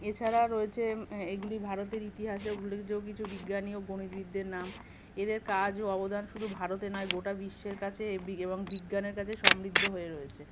এছাড়া রয়েছে এগুলি ভারতের ইতিহাসে উল্লেখযোগ্য কিছু বিজ্ঞানী ও গণিতবিদদের নাম এদের কাজ ও অবদান শুধু ভারতে নয় গোটা বিশ্বের কাছে এবি এবং বিজ্ঞানের কাছে সমৃদ্ধ হয়ে রয়েছে